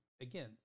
again